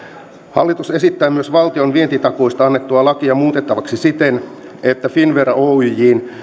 hallitus esittää myös valtion vientitakuista annettua lakia muutettavaksi siten että finnvera oyjn